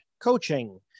Coaching